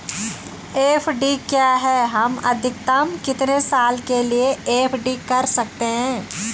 FD क्या है हम अधिकतम कितने साल के लिए एफ.डी कर सकते हैं?